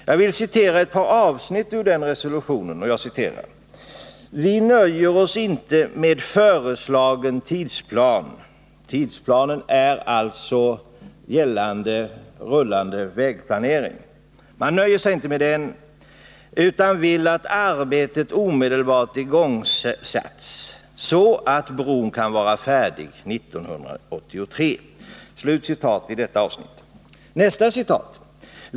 Jag vill citera ett par avsnitt ur resolutionen: ”Vi nöjer oss inte med föreslagen tidsplan” — tidsplanen gäller alltså den rullande vägplaneringen — ”utan vill ha arbetet omedelbart igångsatt, så att bron kan vara färdig 1983.